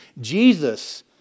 Jesus